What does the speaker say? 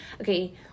Okay